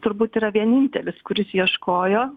turbūt yra vienintelis kuris ieškojo